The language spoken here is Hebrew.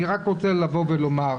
אני רוצה לבוא ולומר,